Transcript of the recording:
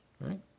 right